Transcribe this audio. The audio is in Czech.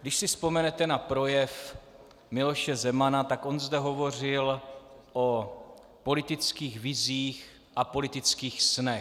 Když si vzpomenete na projev Miloše Zemana, tak on zde hovořil o politických vizích a politických snech.